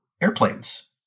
airplanes